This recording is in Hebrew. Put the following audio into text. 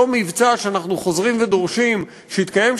אותו מבצע שאנחנו חוזרים ודורשים שיתקיים,